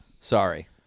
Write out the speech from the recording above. Sorry